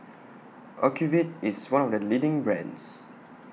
Ocuvite IS one of The leading brands